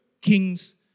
king's